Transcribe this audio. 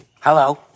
Hello